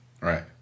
Right